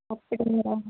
அப்படியா